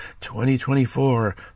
2024